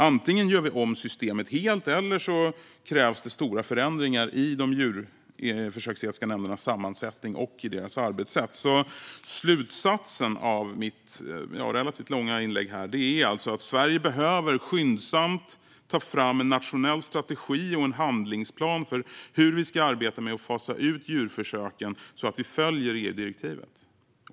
Antingen gör vi om systemet helt eller så krävs det stora förändringar i de djurförsöksetiska nämndernas sammansättning och arbetssätt. Slutsatsen av mitt relativt långa inlägg är att Sverige skyndsamt behöver ta fram en nationell strategi och en handlingsplan för hur vi ska arbeta med att fasa ut djurförsöken, så att vi följer EU-direktivet.